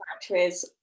factories